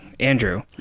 Andrew